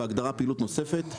בהגדרה פעילות נוספת,